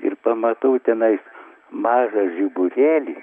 ir pamatau tenais mažą žiburėlį